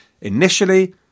initially